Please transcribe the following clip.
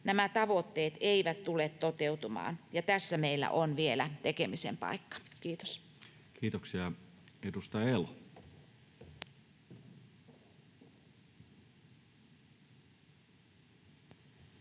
nämä tavoitteet eivät tule toteutumaan, ja tässä meillä on vielä tekemisen paikka. — Kiitos. [Speech 169]